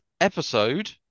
episode